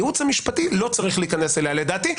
הייעוץ המשפטי לא צריך להיכנס אליה לדעתי,